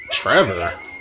Trevor